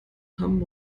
hamm